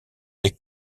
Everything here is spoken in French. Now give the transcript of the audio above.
des